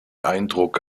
eindruck